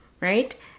right